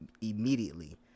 immediately